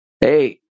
Hey